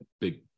Big